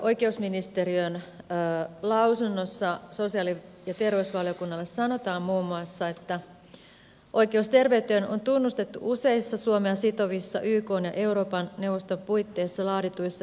oikeusministeriön lausunnossa sosiaali ja terveysvaliokunnalle sanotaan muun muassa että oikeus terveyteen on tunnustettu useissa suomea sitovissa ykn ja euroopan neuvoston puitteissa laadituissa ihmisoikeussopimuksissa